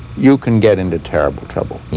you can get into terrible trouble.